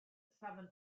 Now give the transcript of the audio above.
southern